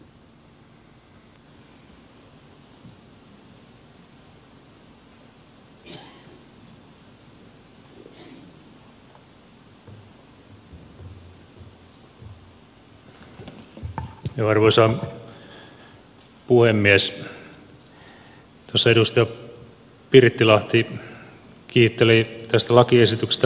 tuossa edustaja pirttilahti kiitteli tästä lakiesityksestä koko hallitusta